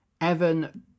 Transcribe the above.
Evan